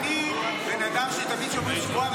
אני אדם שתמיד שומר שבועה,